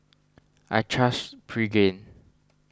I trust Pregain